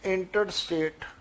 Interstate